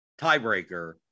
tiebreaker